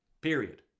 period